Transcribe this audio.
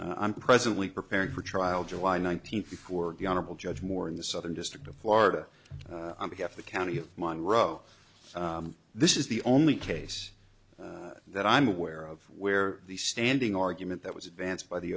i'm presently preparing for trial july nineteenth before the honorable judge moore in the southern district of florida on behalf of the county of mine row this is the only case that i'm aware of where the standing argument that was advanced by the